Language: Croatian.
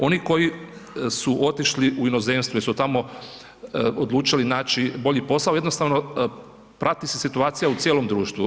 Oni koji su otišli u inozemstvo jer su tamo odlučili naći bolji posao jednostavno prati se situacija u cijelom društvu.